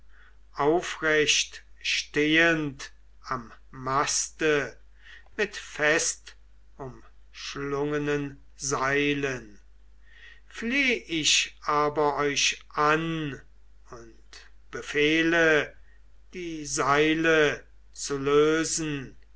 aufrecht stehend am maste mit festumschlungenen seilen fleh ich aber euch an und befehle die seile zu lösen